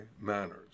Manners